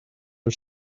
are